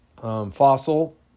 fossil